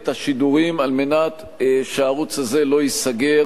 את השידורים על מנת שהערוץ הזה לא ייסגר